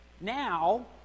now